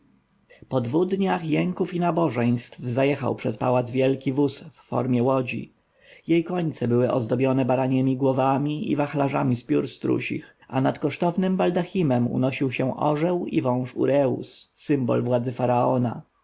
dwu dniach jęków i nabożeństw zajechał przed pałac wielki wóz w formie łodzi jej końce były ozdobione baraniemi głowami i wachlarzami z piór strusich a nad kosztownym baldachimem unosił się orzeł i wąż ureus symbol władzy faraona